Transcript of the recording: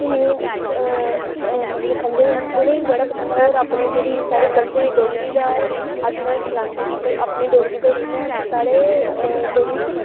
में मतलब खंदे उ'नें ई बी बड़ा पसंद और अपनी जेह्ड़ी साढ़ा कल्चर डोगरी दा अस उ'नें ई खलांदे मतलब अपने डोगरी दे जि'यां साढ़े डोगरा च